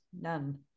None